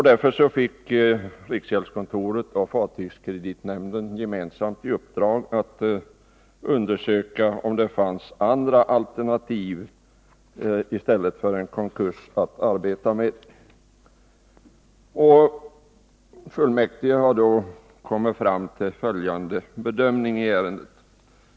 Därför fick riksgäldskontoret och fartygskreditnämnden gemensamt i uppdrag att undersöka om det fanns andra alternativ i stället för en konkurs att arbeta med. Fullmäktige har då kommit fram till följande bedömning i ärendet.